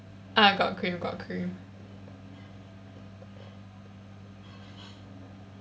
ah got cream got cream